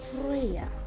prayer